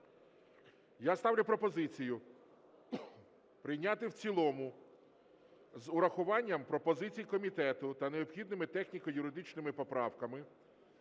Я ставлю пропозицію прийняти в цілому з урахуванням пропозицій комітету та необхідними техніко-юридичними поправками